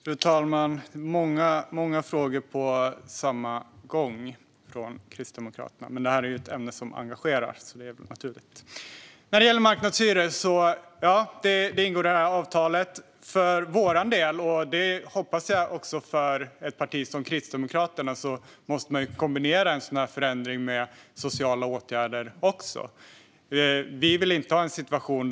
Fru talman! Det var många frågor på samma gång från Kristdemokraterna, men i ett ämne som engagerar är det väl naturligt. Marknadshyror ingår i avtalet. För vår del anser vi - och det hoppas jag att också ett parti som Kristdemokraterna gör - att man måste kombinera en sådan här förändring med sociala åtgärder.